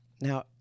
Now